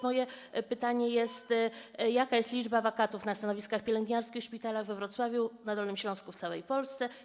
Moje pytanie jest takie: Jaka jest liczba wakatów na stanowiskach pielęgniarskich w szpitalach we Wrocławiu, na Dolnym Śląsku, w całej Polsce?